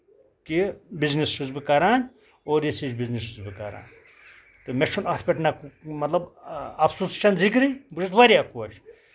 کہِ بِزنٮ۪س چھُس بہٕ کران اور یِژھ یِش بِزنٮ۪س چھُس بہٕ کران تہٕ مےٚ چھُنہٕ اَتھ پٮ۪ٹھ نہ مطلب اَفسوٗس چھنہٕ ذِکرٕے بہٕ چھُس واریاہ خۄش